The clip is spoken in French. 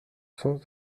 sens